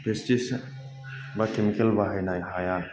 pesticide बा chemical बाहायनाय हाया